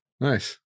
nice